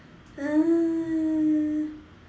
uh